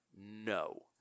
no